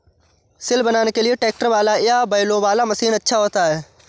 सिल बनाने के लिए ट्रैक्टर वाला या बैलों वाला मशीन अच्छा होता है?